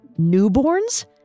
newborns